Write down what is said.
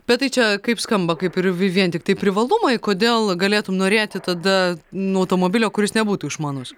bet tai čia kaip skamba kaip ir vien tiktai privalumai kodėl galėtum norėti tada nu automobilio kuris nebūtų išmanus